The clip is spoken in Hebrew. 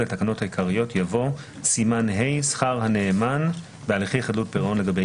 למה לא להשאיר את שכר הטרחה בידי בית